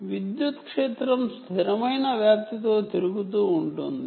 electric field స్థిరమైన amplitude తో తిరుగుతూ ఉంటుంది